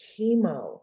chemo